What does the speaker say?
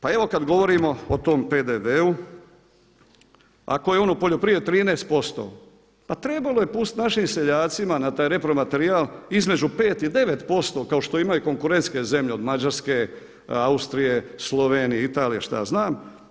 Pa evo kad govorimo o tom PDV-u ako je on u poljoprivredi 13%, pa trebalo je pustiti našim seljacima na taj repromaterijal između 5 i 9% kao što imaju konkurentske zemlje o Mađarske, Austrije, Slovenije, Italije i šta ja zna.